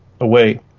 away